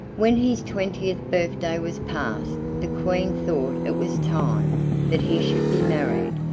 when his twentieth birthday was passed the queen thought it was time that he should be married,